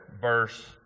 verse